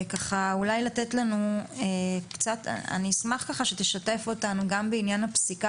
אני אשמח שתשתף אותנו גם בעניין הפסיקה